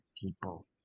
people